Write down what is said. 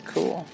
Cool